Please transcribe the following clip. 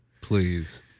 Please